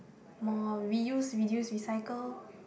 more reuse reduce recycle